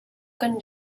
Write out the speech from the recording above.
kan